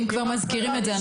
אם כבר מזכירים את זה,